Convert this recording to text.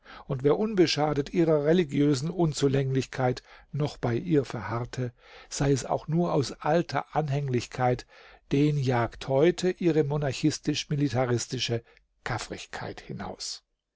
und wer unbeschadet ihrer religiösen unzulänglichkeit noch bei ihr verharrte sei es auch nur aus alter anhänglichkeit den jagt heute ihre monarchistisch-militaristische kaffrigkeit hinaus